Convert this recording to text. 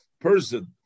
person